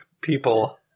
people